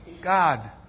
God